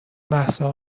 مهسا